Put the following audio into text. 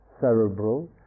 cerebral